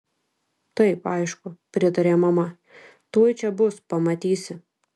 taip aišku pritarė mama tuoj čia bus pamatysi